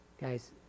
Guys